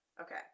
Okay